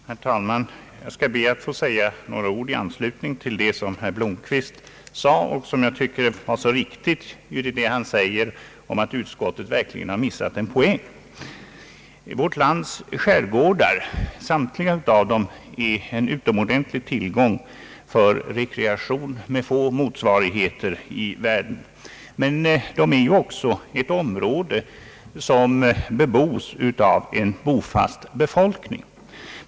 Herr talman! Jag skall be att få säga några ord i anslutning till herr Blomquists anförande och hans enligt min mening så riktiga påpekande att utskottet verkligen har missat en poäng. Vårt lands samtliga skärgårdar är en utomordentlig tillgång för rekreation med få motsvarigheter i världen, men de är också områden med en bofast befolkning.